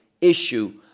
issue